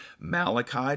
Malachi